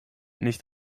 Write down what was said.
nicht